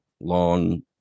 long